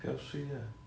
不要睡 ah